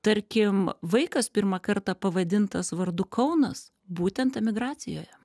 tarkim vaikas pirmą kartą pavadintas vardu kaunas būtent emigracijoje